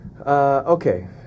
Okay